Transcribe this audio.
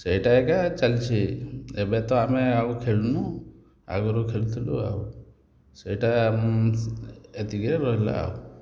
ସେଇଟା ଏକା ଚାଲଛି ଏବେ ତ ଆମେ ଆଉ ଖେଲୁନୁ ଆଗୁରୁ ଖେଲୁଥିଲୁ ଆଉ ସେଇଟା ମୁଁ ସେ ଏତିକିରେ ରହିଲା ଆଉ